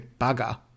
bugger